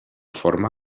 forma